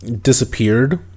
Disappeared